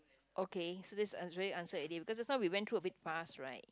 okay so this is is already answered already cause just now we went through a bit fast right